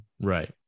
Right